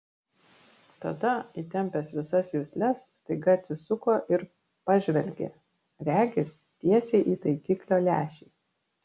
tada įtempęs visas jusles staiga atsisuko ir pažvelgė regis tiesiai į taikiklio lęšį